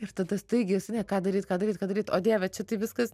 ir tada staigiai esi ką daryt ką daryt ką daryt o dieve čia tai viskas